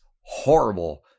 horrible